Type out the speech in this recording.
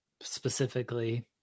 specifically